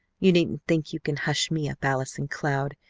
you needn't think you can hush me up, allison cloud,